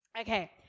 okay